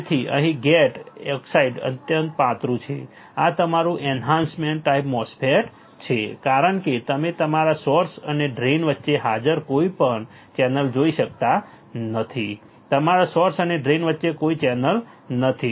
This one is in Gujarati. તેથી અહીં ગેટ ઓક્સાઈડ અત્યંત પાતળું છે આ તમારું એન્હાન્સમેન્ટ MOSFET છે કારણ કે તમે તમારા સોર્સ અને ડ્રેઇન વચ્ચે હાજર કોઈપણ ચેનલ જોઈ શકતા નથી તમારા સોર્સ અને ડ્રેઇન વચ્ચે કોઈ ચેનલ નથી